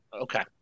Okay